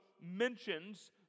mentions